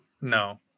No